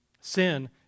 Sin